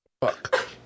Fuck